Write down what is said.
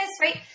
Right